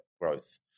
growth